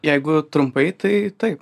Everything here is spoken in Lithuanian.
jeigu trumpai tai taip